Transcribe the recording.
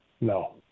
No